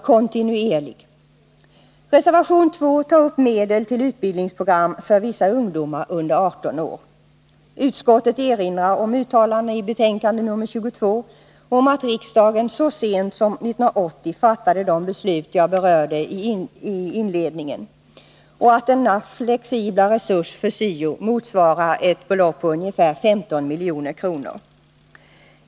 Den bör dessutom vara kontinuerlig. Utskottet erinrar om sina uttalanden i betänkande nr 22 om att riksdagen så sent som 1980 fattade de beslut jag inledningsvis berörde och att denna flexibla resurs för syo motsvarar ett belopp av ungefär 15 milj.kr.